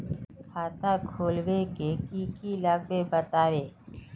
खाता खोलवे के की की लगते बतावे?